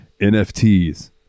NFTs